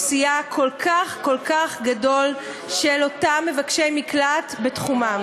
אוכלוסייה כל כך כל כך גדול של אותם מבקשי מקלט בתחומם.